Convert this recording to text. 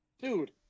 dude